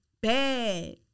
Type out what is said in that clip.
bad